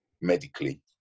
medically